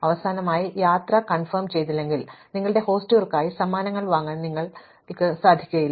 അവസാനമായി യാത്ര സ്ഥിരീകരിച്ചില്ലെങ്കിൽ നിങ്ങളുടെ ഹോസ്റ്റുകൾക്കായി സമ്മാനങ്ങൾ വാങ്ങാൻ നിങ്ങൾ ആഗ്രഹിക്കുന്നില്ല